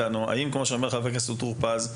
כמו שאומר חבר הכנסת טור פז,